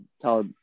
tell